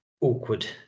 awkward